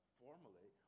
formally